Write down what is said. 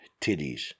titties